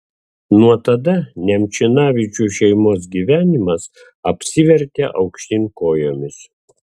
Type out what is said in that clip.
nuo tada nemčinavičių šeimos gyvenimas apsivertė aukštyn kojomis